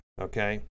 okay